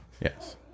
Yes